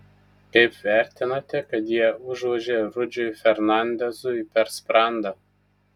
kaip vertinate kad jie užvožė rudžiui fernandezui per sprandą